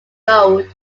road